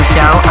Show